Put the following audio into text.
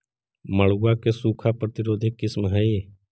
मड़ुआ के सूखा प्रतिरोधी किस्म हई?